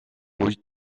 үед